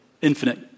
infinite